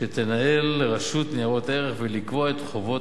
שתנהל רשות ניירות ערך ולקבוע את חובות